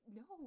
no